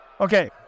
Okay